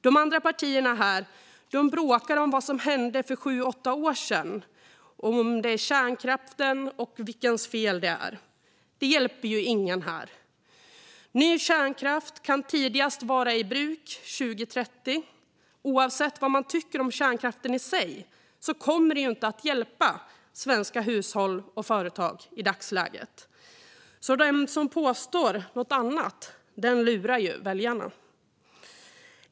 De andra partierna här bråkar om vad som hände för sju åtta år sedan, om kärnkraften och om vems felet är. Det hjälper ingen här. Ny kärnkraft kan tidigast vara i bruk 2030. Oavsett vad man tycker om kärnkraften i sig kommer det inte att hjälpa svenska hushåll och företag i dagsläget. Den som påstår något annat lurar väljarna.